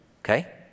Okay